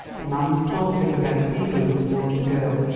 the man's tall figure bent eagerly toward the girl,